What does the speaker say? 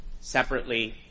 Separately